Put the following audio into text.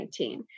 2019